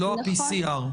לא ה-PCR.